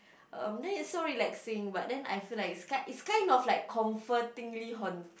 um then is so relaxing but then I feel that it's like it's kind of comfortingly haun~